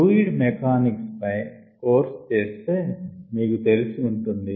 fluid mechanics పై course చేస్తే మీకు తెలిసి ఉంటుంది